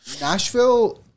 Nashville